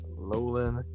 Lowland